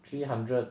three hundred